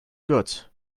good